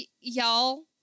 Y'all